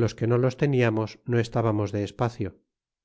los que no los teniamos no estábamos de espacio